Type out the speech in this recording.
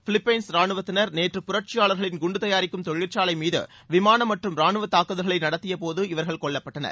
Philippines ரானுவத்தினர் நேற்று புரட்சியாளர்களின் குண்டு தயாரிக்கும் தொழிற்சாலை மீது விமானம் மற்றும் ராணுவ தாக்குதல்களை நடத்தியபோது இவர்கள் கொல்லப்பட்டனர்